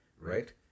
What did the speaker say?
right